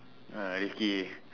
ah rifqi